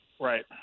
Right